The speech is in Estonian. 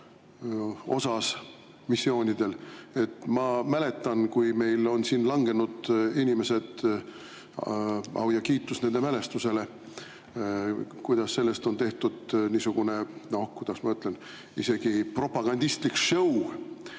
missioonidel. Ma mäletan, kui meil on olnud [missioonil] langenud inimesed – au ja kiitus nende mälestusele –, kuidas sellest on tehtud niisugune, noh, kuidas ma ütlen, isegi propagandistlikshow. Ja